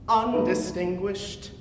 undistinguished